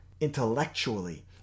intellectually